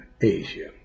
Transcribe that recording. Asia